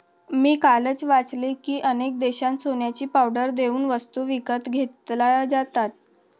मी कालच वाचले की, अनेक देशांत सोन्याची पावडर देऊन वस्तू विकत घेतल्या जातात